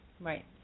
Right